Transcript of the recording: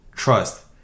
Trust